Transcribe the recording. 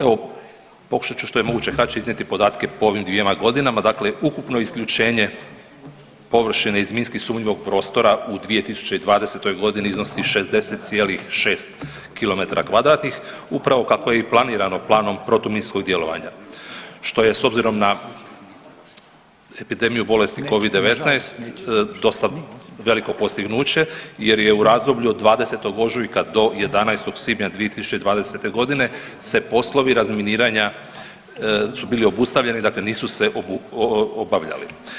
Evo pokušat ću što je moguće kraće iznijeti podatke po ovim dvjema godinama, dakle ukupno isključene površine iz minskih sumnjivog prostora u 2020.g. iznosi 66,6 km2 upravo kako je i planirano planom protuminskog djelovanja što je s obzirom na epidemiju bolesti covid-19 dosta veliko postignuće jer je u razdoblju od 20. ožujka do 11. svibnja 2020.g. su poslovi razminiranja su bili obustavljeni dakle nisu se obavljali.